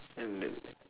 and then